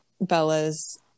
Bella's